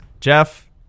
Jeff